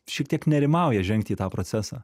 šiek tiek nerimauja žengti į tą procesą